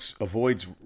avoids